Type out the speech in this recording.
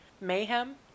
Mayhem